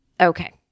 Okay